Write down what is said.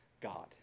God